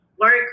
work